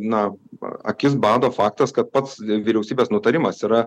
na akis bado faktas kad pats vyriausybės nutarimas yra